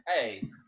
Hey